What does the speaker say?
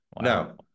No